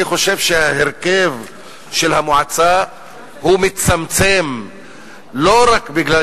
אני חושב שההרכב של המועצה מצמצם לא רק בגלל